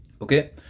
okay